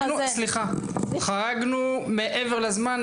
אנחנו חרגנו מעבר לזמן.